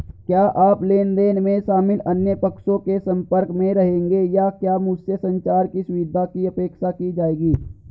क्या आप लेन देन में शामिल अन्य पक्षों के संपर्क में रहेंगे या क्या मुझसे संचार की सुविधा की अपेक्षा की जाएगी?